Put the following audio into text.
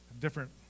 different